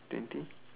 twenty